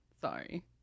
Sorry